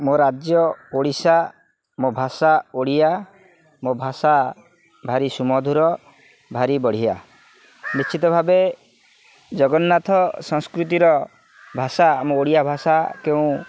ମୋ ରାଜ୍ୟ ଓଡ଼ିଶା ମୋ ଭାଷା ଓଡ଼ିଆ ମୋ ଭାଷା ଭାରି ସୁମଧୁର ଭାରି ବଢ଼ିଆ ନିଶ୍ଚିତ ଭାବେ ଜଗନ୍ନାଥ ସଂସ୍କୃତିର ଭାଷା ଆମ ଓଡ଼ିଆ ଭାଷା କେଉଁ